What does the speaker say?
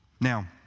Now